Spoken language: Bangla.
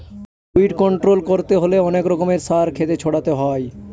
উইড কন্ট্রল করতে হলে অনেক রকমের সার ক্ষেতে ছড়াতে হয়